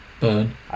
Burn